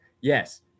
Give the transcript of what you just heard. Yes